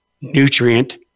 nutrient